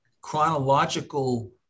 chronological